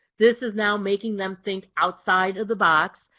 this is now making them think outside of the box.